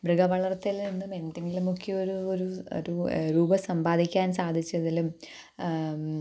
മൃഗവളർത്തലിൽ നിന്നും എന്തെങ്കിലുമൊക്കെയൊരു ഒരു രൂപ സമ്പാദിക്കാൻ സാധിച്ചതിലും